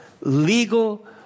legal